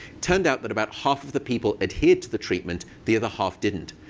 turned out that about half of the people adhered to the treatment. the other half didn't.